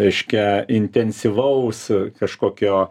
reiškia intensyvaus kažkokio